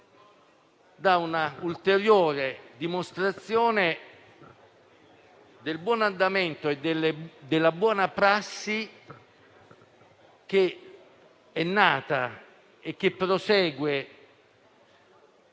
dà un'ulteriore dimostrazione del buon andamento e della buona prassi che è nata e che prosegue,